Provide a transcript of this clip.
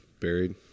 buried